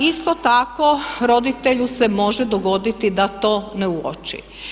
Isto tako roditelju se može dogoditi da to ne uoči.